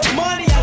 money